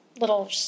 little